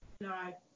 No